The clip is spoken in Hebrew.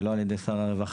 ולא על ידי שר הרווחה,